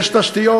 יש תשתיות.